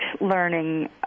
learning